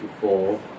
four